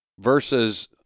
versus